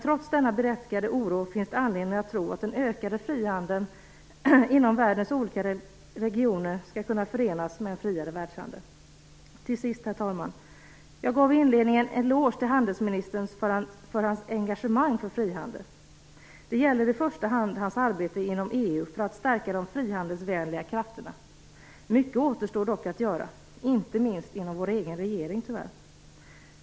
Trots denna berättigade oro finns det anledning att tro att den ökade frihandeln inom världens olika regioner skall kunna förenas med en friare världshandel. Till sist, herr talman, vill jag säga att jag i inledningen gav en eloge till handelsministern för hans engagemang för frihandeln. Det gäller i första hand hans arbete inom EU för att stärka de frihandelsvänlig krafterna. Mycket återstår dock att göra - inte minst inom vår egen regering, tyvärr.